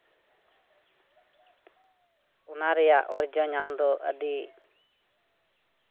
ᱚᱱᱟ ᱨᱮᱭᱟᱜ ᱚᱨᱡᱚ ᱧᱟᱢ ᱫᱚ ᱟᱹᱰᱤ